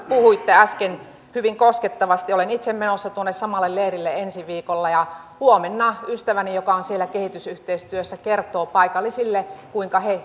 puhuitte äsken tästä jordanian tilanteesta hyvin koskettavasti olen itse menossa tuonne samalle leirille ensi viikolla ja huomenna ystäväni joka on siellä kehitysyhteistyössä kertoo paikallisille kuinka he